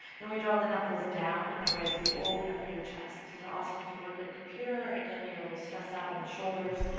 then we draw the knuckles down and away as we open up through the chest. this is awesome if you work at a computer or, again, you're a little stressed out in the shoulders.